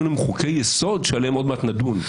עליהם חוקי יסוד שעליהם עוד מעט נדון,